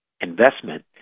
investment